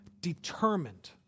determined